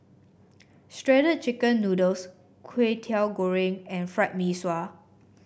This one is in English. Shredded Chicken Noodles Kway Teow Goreng and Fried Mee Sua